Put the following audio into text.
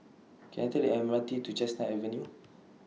Can I Take The M R T to Chestnut Avenue